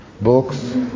books